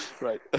Right